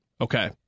Okay